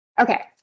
Okay